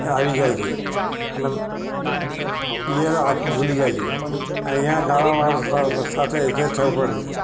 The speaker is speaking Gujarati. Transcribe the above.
આવી જાય છે અને પિયર આખું ભૂલી જાય છે અહીંયા નવા માણસો સાથે એક્જેસ થવું પડે છે